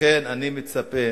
לכן אני מצפה